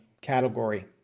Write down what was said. category